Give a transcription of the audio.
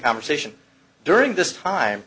conversation during this time